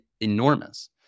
enormous